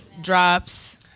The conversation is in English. drops